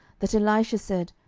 that elisha said,